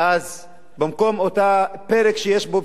אז במקום אותו פרק שיש בו בשורה,